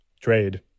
trade